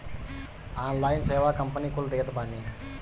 online सेवा company कुल देत बानी